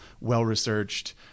well-researched